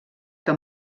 que